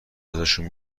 ازشون